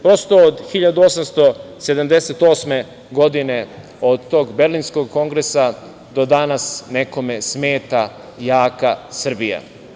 Prosto, od 1878. godine, od tog Berlinskog kongresa do danas nekome smeta jaka Srbija.